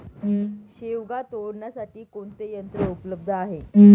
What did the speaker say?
शेवगा तोडण्यासाठी कोणते यंत्र उपलब्ध आहे?